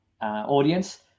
audience